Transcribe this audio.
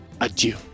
adieu